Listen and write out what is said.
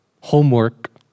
homework